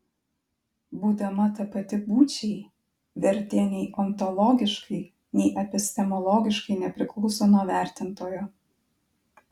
būdama tapati būčiai vertė nei ontologiškai nei epistemologiškai nepriklauso nuo vertintojo